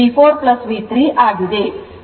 ಆದ್ದರಿಂದ VV4 V3 ಆಗಿದೆ